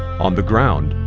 on the ground,